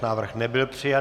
Návrh nebyl přijat.